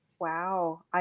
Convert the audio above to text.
Wow